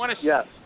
Yes